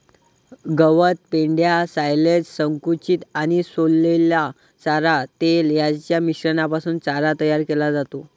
गवत, पेंढा, सायलेज, संकुचित आणि सोललेला चारा, तेल यांच्या मिश्रणापासून चारा तयार केला जातो